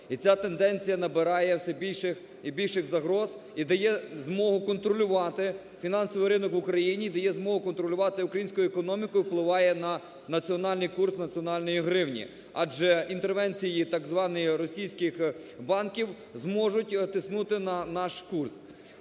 ця тенденція набирає все більших і більших загроз, і дає змогу контролювати фінансовий ринок в України, і дає змогу контролювати українську економіку, і впливає на національний курс національної гривні, адже інтервенції так званих російських банків зможуть тиснути на наш курс.